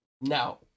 Now